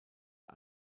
der